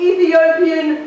Ethiopian